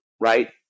right